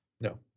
No